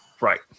Right